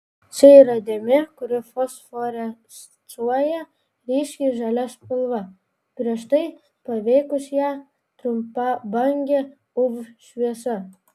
čia yra dėmė kuri fosforescuoja ryškiai žalia spalva prieš tai paveikus ją trumpabange uv šviesa